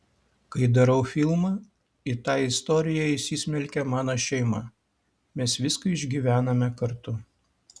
kai darau filmą į tą istoriją įsismelkia mano šeima mes viską išgyvename kartu